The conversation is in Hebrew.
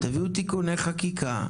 תביאו תיקוני חקיקה,